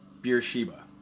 Beersheba